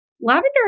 Lavender